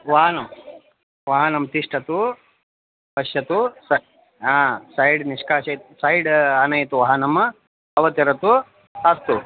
वाहनं वाहनं तिष्ठतु पश्यतु सै हा सैड् निष्कासयतु सैड् आनयतु वाहनम् अवतरतु अस्तु